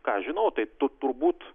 ką aš žinau tai tu turbūt